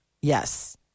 Yes